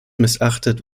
missachtet